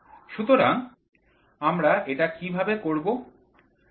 সুতরাং আমরা এটা কিভাবে করব